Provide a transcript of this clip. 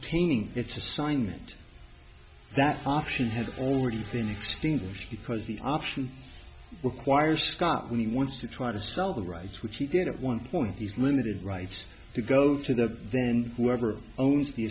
taining its assignment that option had already been extinguished because the option requires scott when he wants to try to sell the rights which he did at one point he's limited rights to go to the then whoever owns the